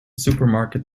supermarket